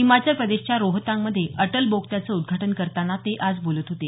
हिमाचल प्रदेशच्या रोहतांगमध्ये अटल बोगद्याचं उद्घाटन करताना ते आज बोलत होते